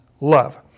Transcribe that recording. love